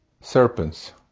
serpents